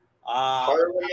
Harley